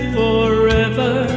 forever